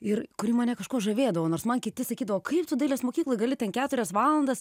ir kuri mane kažkuo žavėdavo nors man kiti sakydavo kaip tu dailės mokykloj gali ten keturias valandas